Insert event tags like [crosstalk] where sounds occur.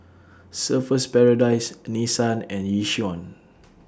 Surfer's Paradise Nissan and Yishion [noise]